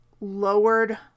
lowered